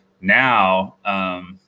Now –